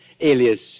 alias